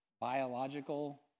biological